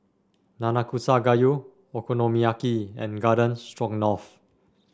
Nanakusa Gayu Okonomiyaki and Garden Stroganoff